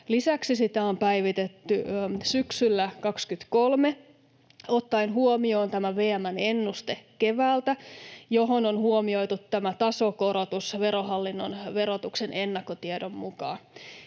Lisäksi sitä on päivitetty syksyllä 23 ottaen huomioon tämä VM:n ennuste keväältä, jossa on huomioitu tasokorotus Verohallinnon verotuksen ennakkotiedon mukaan.